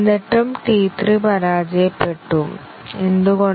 എന്നിട്ടും T3 പരാജയപ്പെട്ടു എന്തുകൊണ്ട്